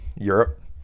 Europe